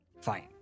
Fine